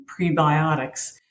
prebiotics